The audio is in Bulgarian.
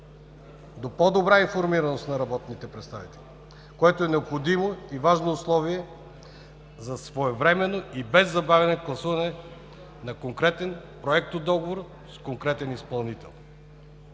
до по-добра информираност на народните представители, което е необходимо и важно условие за своевременно и без забавяне гласуване на конкретен проектодоговор с конкретен изпълнител.